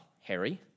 Harry